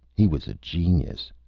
he was a genius.